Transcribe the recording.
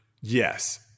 Yes